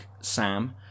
Sam